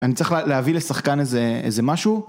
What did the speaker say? אני צריך להביא לשחקן איזה משהו